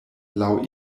laŭ